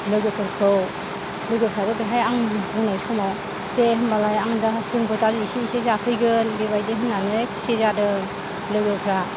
लोगोफोरखौ लोगोफ्राबो बेहाय आं बुंनाय समाव दे होनबालाय जोंबो दा एसे एसे जाफैगोन बेबायदि होननानै खुसि जादों लोगोफ्रा